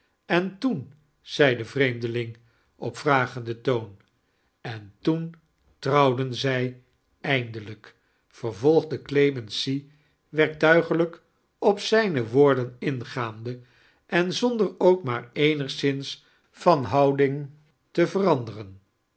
en toen zei de vreeimdeiling op vragenden toon en toen trouwden zij erindelijk vervolgde clemency weirkbuigelijk op zijine woorden ingaande en zonder ook maar eenigszins van houding te veranderen